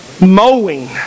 Mowing